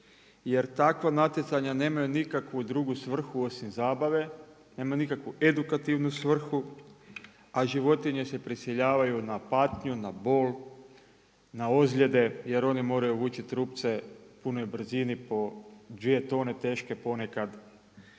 jer takva natjecanja nemaju nikakvu drugu svrhu osim zabave, nema nikakvu edukativnu svrhu, a životinje se prisiljavaju na patnju, na bol, na ozljede jer oni moraju vući trupce u punoj brzini po dvije tone teške ponekad